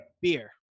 beer